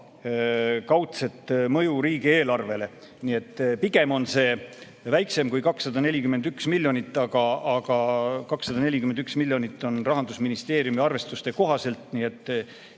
kaudset mõju riigieelarvele. Nii et pigem on see väiksem kui 241 miljonit, aga 241 miljonit on Rahandusministeeriumi arvestuste kohaselt, nii et